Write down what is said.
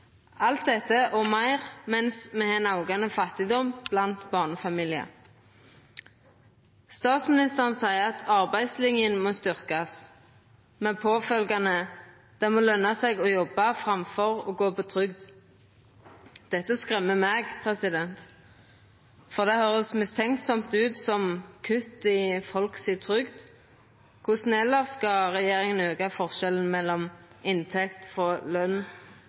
alt dette og meir mens me har ein aukande fattigdom blant barnefamiliar. Statsministeren seier at arbeidslinja må styrkast, med påfølgjande utsegn: Det må løna seg å jobba framfor å gå på trygd. Dette skremmer meg, for det høyrest mistenkjeleg mykje ut som kutt i trygda til folk. Korleis skal regjeringa elles auka forskjellen mellom inntekt frå